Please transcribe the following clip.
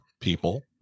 people